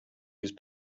use